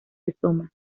rizoma